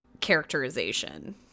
characterization